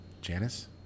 Janice